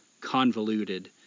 convoluted